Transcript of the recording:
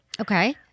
Okay